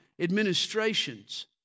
administrations